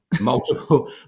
multiple